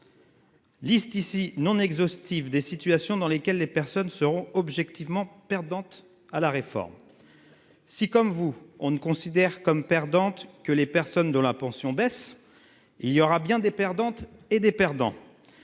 Liste ici non exhaustive des situations dans lesquelles les personnes seront objectivement perdante à la réforme. Si comme vous on ne considère comme perdante que les personnes de la pension baisse il y aura bien des. Perdantes et des perdants.